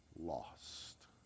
lost